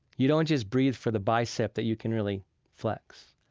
you don't just breathe for the bicep that you can really flex.